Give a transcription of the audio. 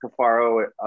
Kafaro